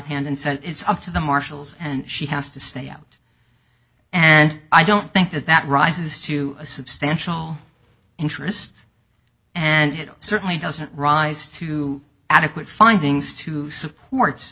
hand and said it's up to the marshals and she has to stay out and i don't think that that rises to a substantial interest and it certainly doesn't rise to adequate findings to support